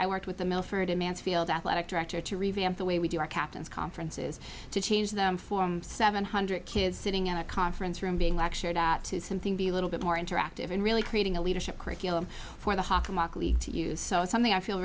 i worked with the milford a man's field athletic director to revamp the way we do our captains conferences to change them for seven hundred kids sitting in a conference room being lectured at to something be a little bit more interactive and really creating a leadership curriculum for the haka markley to use so it's something i feel